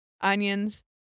onions